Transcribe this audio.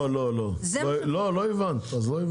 לא, אז לא הבנת.